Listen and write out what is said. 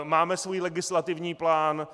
Máme svůj legislativní plán.